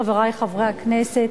חברי חברי הכנסת,